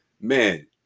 Man